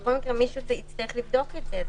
מישהו יצטרך לבדוק את זה.